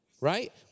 right